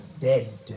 dead